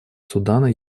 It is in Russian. судана